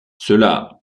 cela